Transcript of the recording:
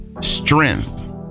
strength